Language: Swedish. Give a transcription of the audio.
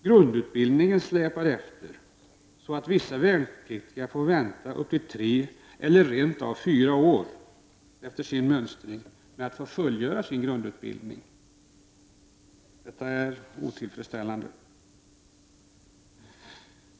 Grundutbildningen släpar efter, så att vissa värnpliktiga får vänta upp till fyra år efter sin mönstring med att få genomgå sin grundutbildning. Detta är otillfredsställande.